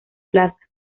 plaza